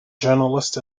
journalist